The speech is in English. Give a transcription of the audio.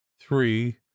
three